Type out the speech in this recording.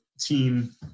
team